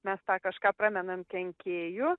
mes tą kažką pramenam kenkėju